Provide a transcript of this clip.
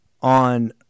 on